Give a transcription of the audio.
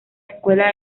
escuela